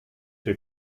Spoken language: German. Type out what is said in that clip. hier